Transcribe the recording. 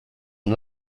and